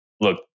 look